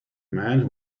man